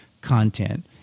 content